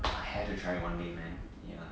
I have to try it one day man ya